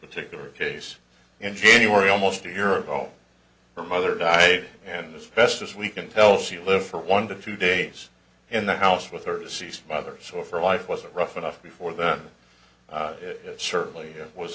particular case in january almost a year ago her mother died and this best as we can tell she lived for one to two days in the house with her deceased mother so if her life wasn't rough enough before that it certainly was